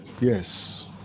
yes